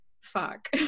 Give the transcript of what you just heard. Fuck